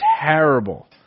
terrible